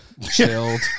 chilled